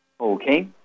Okay